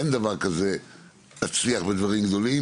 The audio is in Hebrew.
אין דבר כזה להצליח בדברים גדולים,